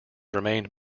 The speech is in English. remained